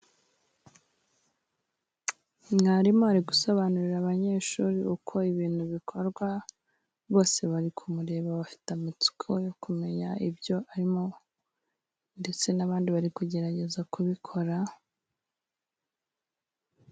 Mwarimu ari gusobanurira abanyeshuri uko ibintu bikorwa, bose bari kumureba bafite amatsiko yo kumenya ibyo arimo, ndetse n'abandi bari kugerageza kubikora.